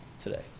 today